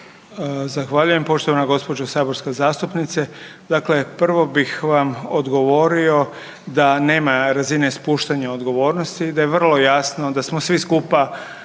Zahvaljujem poštovana gđo. saborska zastupnice. Dakle, prvo bih vam odgovorio da nema razine spuštanja odgovornosti, da je vrlo jasno da smo svi skupa